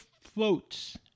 floats